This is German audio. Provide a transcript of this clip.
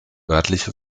örtliche